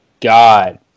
God